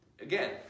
again